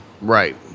right